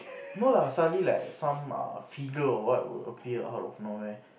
no lah suddenly like some uh figure or what will appear out of nowhere